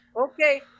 Okay